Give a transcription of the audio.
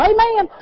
Amen